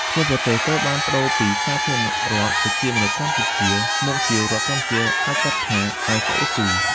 ឈ្មោះប្រទេសត្រូវបានប្តូរពី "សាធារណរដ្ឋប្រជាមានិតកម្ពុជា" មកជា "រដ្ឋកម្ពុជា" ហៅកាត់ថា SOC។